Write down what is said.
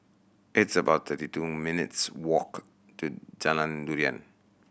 it's about thirty two minutes walk to Jalan Durian